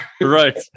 right